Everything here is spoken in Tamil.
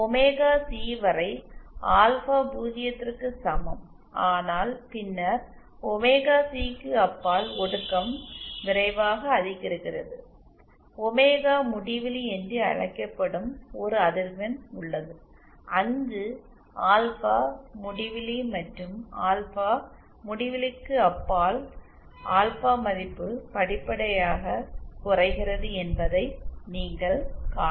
ஒமேகா சி வரை ஆல்பா 0 க்கு சமம் ஆனால் பின்னர் ஒமேகா சி க்கு அப்பால் ஒடுக்கம் விரைவாக அதிகரிக்கிறது ஒமேகா முடிவிலி என்று அழைக்கப்படும் ஒரு அதிர்வெண் உள்ளது அங்கு ஆல்பா முடிவிலி மற்றும் ஆல்பா முடிவிலிக்கு அப்பால் ஆல்பா மதிப்பு படிப்படியாக குறைகிறது என்பதை நீங்கள் காணலாம்